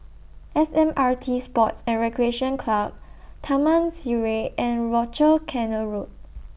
S M R T Sports and Recreation Club Taman Sireh and Rochor Canal Road